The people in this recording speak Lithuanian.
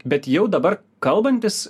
bet jau dabar kalbantis